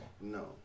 No